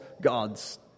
gods